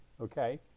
Okay